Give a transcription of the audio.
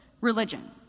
religion